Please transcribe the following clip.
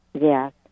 Yes